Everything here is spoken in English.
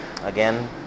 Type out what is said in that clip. Again